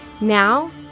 Now